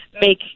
make